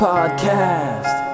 Podcast